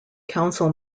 council